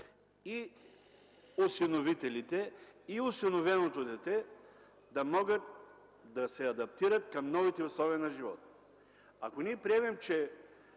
и осиновителите, и осиновеното дете да могат да се адаптират към новите условия на живот. Ако ние приемем, че